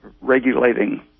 regulating